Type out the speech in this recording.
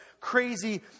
crazy